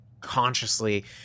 consciously